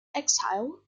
exile